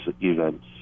events